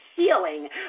Healing